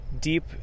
deep